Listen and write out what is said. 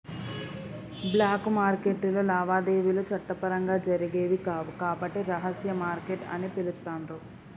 black మార్కెట్టులో లావాదేవీలు చట్టపరంగా జరిగేవి కావు కాబట్టి రహస్య మార్కెట్ అని పిలుత్తాండ్రు